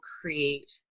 create